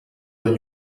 der